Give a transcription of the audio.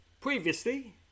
Previously